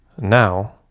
now